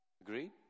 Agree